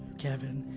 kevin!